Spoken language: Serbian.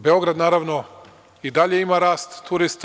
Beograd, naravno, i dalje ima rast turista.